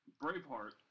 Braveheart